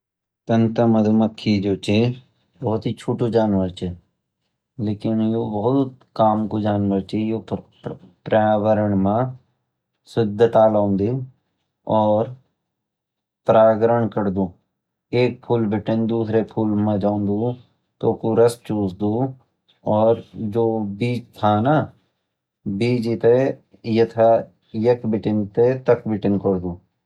तन ता मधु माखी जो ची वो तो छोटू जानवर च लेकिन यु भूत कॉमन को जानवर च प्रयवरण माँ शुद्धता लोंदु और एक फूल बितान दूसरे फिफूल माँ जौंदु तोउखु रस चुस्दु और जो बीज था ना बीज तै यख बॉटन तै ताख बितान करदू